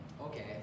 okay